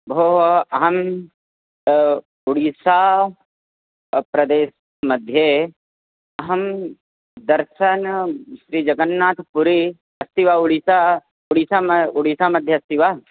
भो अहं उडिसा प्रदेशमध्ये अहं दर्शनं श्रीजगन्नाथपुरी अस्ति वा उडिसा ओडिसा म ओडिसामध्ये अस्ति वा